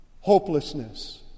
Hopelessness